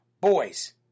boys